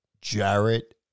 Jarrett